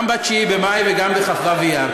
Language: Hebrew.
גם ב-9 במאי וגם בכ"ו באייר.